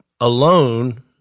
alone